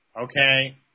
Okay